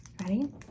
Ready